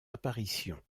apparition